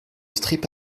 strip